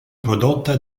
prodotta